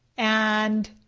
and